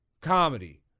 Comedy